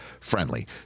friendly